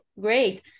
Great